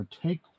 Take